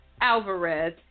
Alvarez